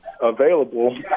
Available